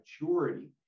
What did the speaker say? maturity